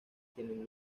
tienen